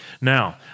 Now